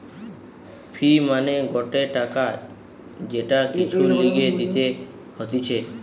ফি মানে গটে টাকা যেটা কিছুর লিগে দিতে হতিছে